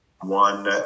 One